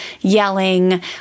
yelling